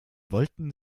wollten